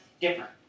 different